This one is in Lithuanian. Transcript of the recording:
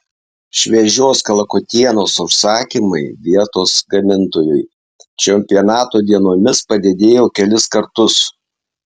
šviežios kalakutienos užsakymai vietos gamintojui čempionato dienomis padidėjo kelis kartus